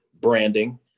branding